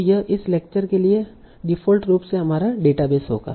तो यह इस लेक्चर के लिए डिफ़ॉल्ट रूप से हमारा डेटाबेस होगा